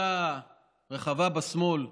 קבוצה רחבה בשמאל,